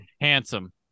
Handsome